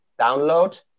download